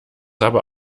aber